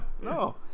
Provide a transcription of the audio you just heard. no